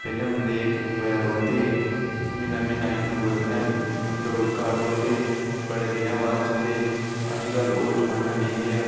पैह्लें बंदे इक दुए रौंह्दे हे म्हीना म्हीना इक दुए कन्नै मतलब घर रौंह्दे बड़े दिनें बाद जंदे अजकल ओह् जमाना नेईं रेआ